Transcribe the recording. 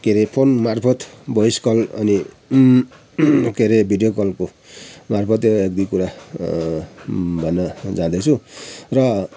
के अरे फोनमार्फत भोइस कल अनि के अरे भिडियो कलको घरको त्यो एक दुई कुरा भन्न जाँदैछु र